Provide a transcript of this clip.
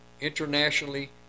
internationally